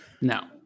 No